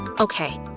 okay